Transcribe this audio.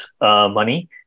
money